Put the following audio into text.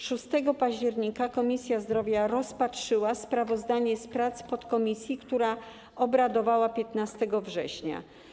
6 października Komisja Zdrowia rozpatrzyła sprawozdanie z prac podkomisji, która obradowała 15 września.